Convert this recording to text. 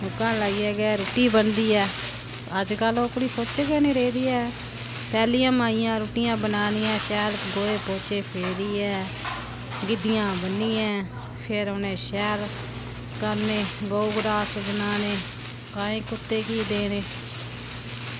नुक्कां लाइयै गै रुट्टी बनदी ऐ अजकल्ल ओह्कड़ी सुच्च गै निं रेही दी ऐ पैह्लियां माइयां रुट्टियां बनानियां शैल गोहे पौह्चे फेरियै गिद्दियां बनियै फिर उ'नें शैल करने ग'ऊ ग्रास बनाने काएं कुत्तें गी देने